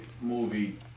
movie